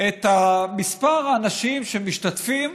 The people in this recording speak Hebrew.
את מספר האנשים שמשתתפים